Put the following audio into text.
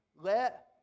Let